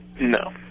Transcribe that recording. No